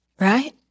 Right